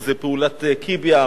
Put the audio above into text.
אם זה פעולת קיביה,